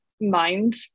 mind